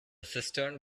cistern